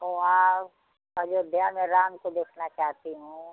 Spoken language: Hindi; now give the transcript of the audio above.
वह वहाँ अयोध्या में राम को देखना चाहती हूँ